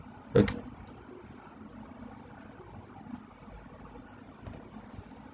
okay